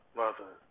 mother